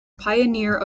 pioneer